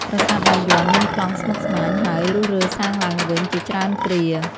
ប្រាសាទបាយ័ន មានប្លង់ស្មុគស្មាញ ហើយរុះរើសាងឡើងវិញ ជាច្រើនគ្រា។